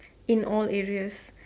in all areas